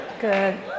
Good